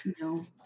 No